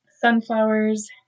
sunflowers